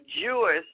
Jewish